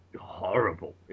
horrible